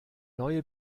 neue